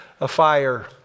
afire